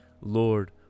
Lord